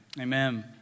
Amen